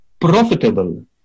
profitable